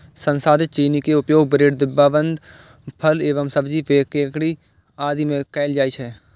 संसाधित चीनी के उपयोग ब्रेड, डिब्बाबंद फल एवं सब्जी, पेय, केंडी आदि मे कैल जाइ छै